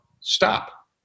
stop